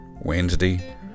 Wednesday